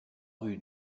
rue